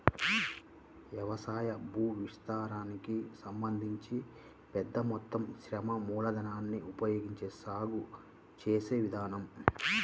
వ్యవసాయ భూవిస్తీర్ణానికి సంబంధించి పెద్ద మొత్తం శ్రమ మూలధనాన్ని ఉపయోగించి సాగు చేసే విధానం